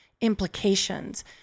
implications